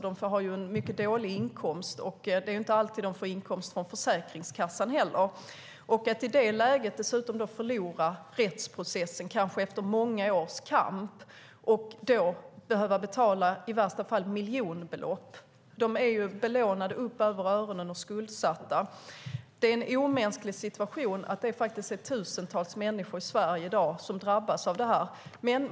De har alltså en mycket dålig inkomst, och det är inte alltid som de får en inkomst från Försäkringskassan heller. Att i det läget - de är belånade upp över öronen och skuldsatta - dessutom förlora rättsprocessen, kanske efter många års kamp, och behöva betala i värsta fall miljonbelopp är en omänsklig situation. Tusentals människor i Sverige i dag drabbas av det här.